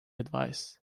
advice